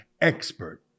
expert